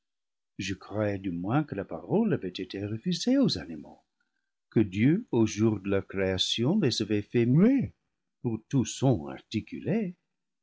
je croyais du moins que la parole avait été refusée aux animaux que dieu au jour de leur création les avait fait muets pour tout son